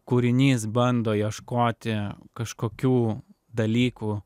kūrinys bando ieškoti kažkokių dalykų